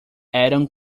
eram